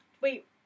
wait